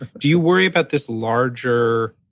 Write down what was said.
do you worry about this larger,